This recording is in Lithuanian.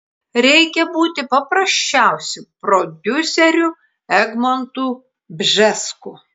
reikia būti paprasčiausiu prodiuseriu egmontu bžesku